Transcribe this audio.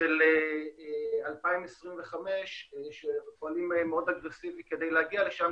של 2025 כדי להגיע לשם,